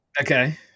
Okay